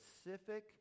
specific